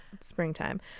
springtime